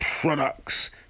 products